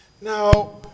Now